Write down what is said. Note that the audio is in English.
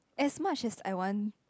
as much as I want